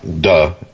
duh